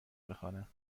بخوانم